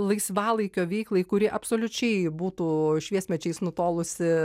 laisvalaikio veiklai kuri absoliučiai būtų šviesmečiais nutolusi